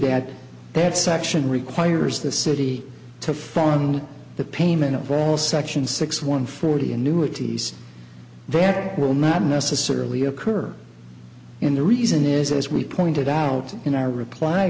that that section requires the city to fund the payment of all section six one forty annuities that will not necessarily occur in the reason is as we pointed out in our reply